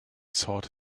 sought